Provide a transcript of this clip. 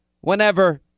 whenever